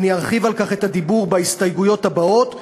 אני ארחיב על כך את הדיבור בהסתייגויות הבאות.